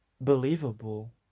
believable